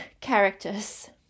characters